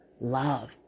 love